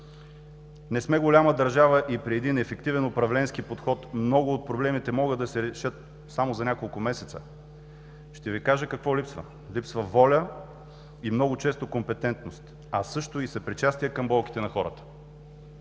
Не сме голяма държава и при ефективен управленски подход много от проблемите могат да се решат само за няколко месеца. Ще Ви кажа какво липсва – липсва воля и много често компетентност, а също и съпричастие към болките на хората.